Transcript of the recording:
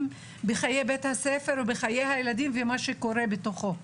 בחיי בית הספר ובחיי הילדים ובמה שקורה בתוכו.